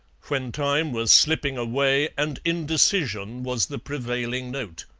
when time was slipping away and indecision was the prevailing note.